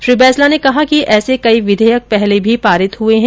श्री बैंसला ने कहा कि ऐसे कई विधेयक पहले भी पारित हुए हैं